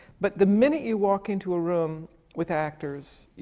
but the minute you walk into a room with actors,